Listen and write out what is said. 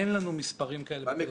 אין לנו מספרים כאלה בתל אביב.